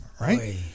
right